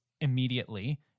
immediately